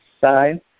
side